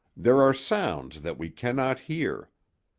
there are sounds that we cannot hear.